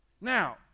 Now